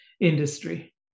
industry